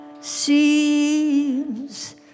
seems